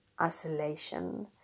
isolation